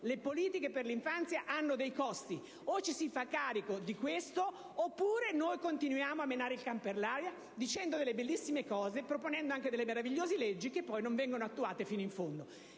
Le politiche per l'infanzia hanno dei costi: o ci si fa carico di questo oppure continuiamo a menare il can per l'aia dicendo delle bellissime cose, proponendo anche delle meravigliose leggi, che poi non vengono attuate fino in fondo.